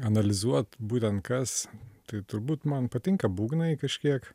analizuot būtent kas tai turbūt man patinka būgnai kažkiek